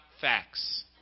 facts